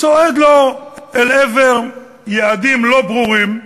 צועד לו אל עבר יעדים לא ברורים,